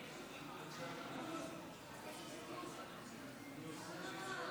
אני קובע שגם הצעה זו